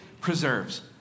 preserves